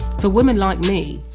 for women like me,